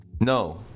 No